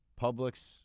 Publix